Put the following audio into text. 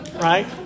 Right